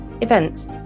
events